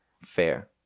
fair